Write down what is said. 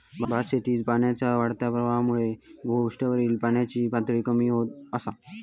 भातशेतीत पाण्याच्या वाढत्या वापरामुळा भुपृष्ठावरील पाण्याची पातळी कमी होत असा